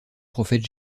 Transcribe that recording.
prophète